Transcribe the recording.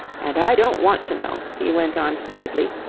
and i don't want to know, he went on heatedly,